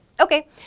Okay